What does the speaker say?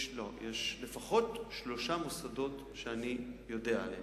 יש לפחות שלושה מוסדות שאני יודע עליהם.